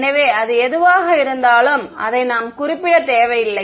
எனவே அது எதுவாக இருந்தாலும் அதை நாம் குறிப்பிட தேவையில்லை